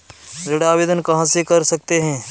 ऋण आवेदन कहां से कर सकते हैं?